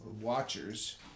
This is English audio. Watchers